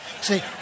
See